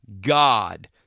God